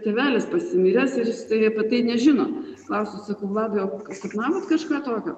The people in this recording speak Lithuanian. tėvelis pasimiręs ir jisai apie tai nežino klausiu sakau vladai o sapnavot kažką tokio